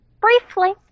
Briefly